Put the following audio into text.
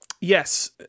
Yes